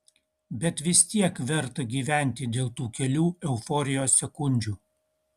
bet vis tiek verta gyventi dėl tų kelių euforijos sekundžių